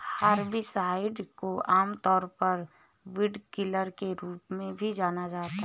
herbicides को आमतौर पर वीडकिलर के रूप में भी जाना जाता है